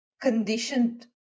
conditioned